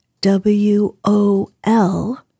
W-O-L